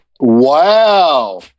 Wow